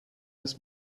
his